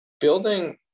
building